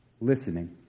Listening